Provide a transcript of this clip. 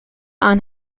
aan